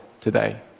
today